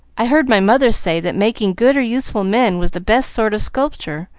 i heard my mother say that making good or useful men was the best sort of sculpture,